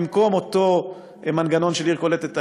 אותו מנגנון של עיר קולטת עלייה,